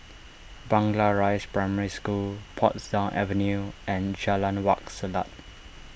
Blangah Rise Primary School Portsdown Avenue and Jalan Wak Selat